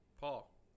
Paul